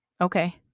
Okay